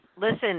Listen